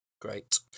great